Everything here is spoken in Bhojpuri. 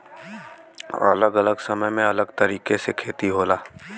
अलग अलग समय में अलग तरीके से खेती होला